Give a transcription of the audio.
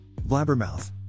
Blabbermouth